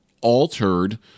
altered